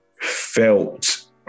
felt